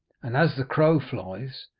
and as the crow flies,